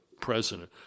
president